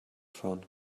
fahren